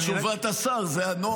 תשובת השר, זה הנוהל.